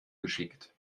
geschickt